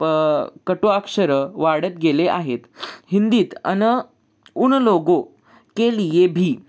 प कटु अक्षरं वाढत गेले आहेत हिंदीत अन ऊन लोगो के लिए भी